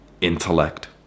intellect